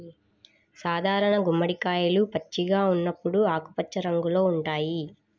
సాధారణ గుమ్మడికాయలు పచ్చిగా ఉన్నప్పుడు ఆకుపచ్చ రంగులో ఉంటాయి